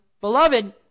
beloved